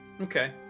Okay